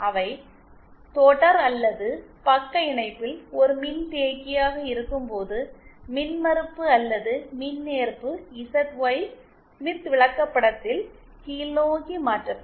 அவை தொடர் அல்லது பக்க இணைப்பில் ஒரு மின்தேக்கியாக இருக்கும்போது மின்மறுப்பு அல்லது மின்ஏற்பு இசட்ஒய் ஸ்மித் விளக்கப்படத்தில் கீழ்நோக்கி மாற்றப்படும்